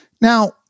Now